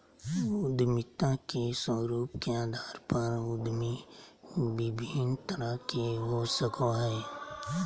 उद्यमिता के स्वरूप के अधार पर उद्यमी विभिन्न तरह के हो सकय हइ